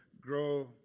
grow